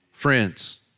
Friends